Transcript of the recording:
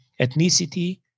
ethnicity